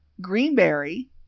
Greenberry